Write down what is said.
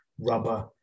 rubber